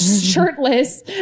shirtless